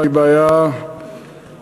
היא בעיה משמעותית,